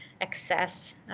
access